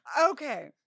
Okay